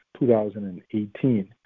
2018